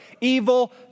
evil